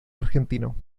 argentino